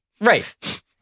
Right